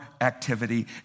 activity